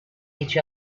each